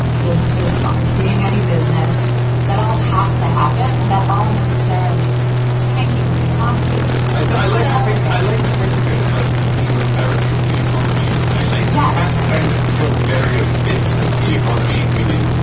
businesses aren't seeing any business that all has to happen and that all necessarily is tanking the economy i think i like to think i like to think of it as like chemotherapy for the economy in a way. like you yeah have to kind of kill various bits of the economy, including,